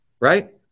right